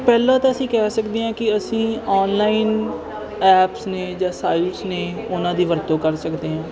ਪਹਿਲਾਂ ਤਾਂ ਅਸੀਂ ਕਹਿ ਸਕਦੇ ਹਾਂ ਕਿ ਅਸੀਂ ਆਨਲਾਈਨ ਐਪਸ ਨੇ ਜਾਂ ਸਾਈਜ ਨੇ ਉਹਨਾਂ ਦੀ ਵਰਤੋਂ ਕਰ ਸਕਦੇ ਹਾਂ